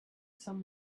some